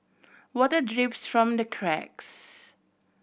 water drips from the cracks